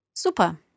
Super